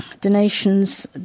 Donations